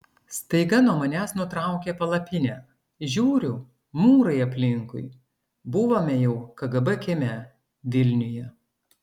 staiga nuo manęs nutraukė palapinę žiūriu mūrai aplinkui buvome jau kgb kieme vilniuje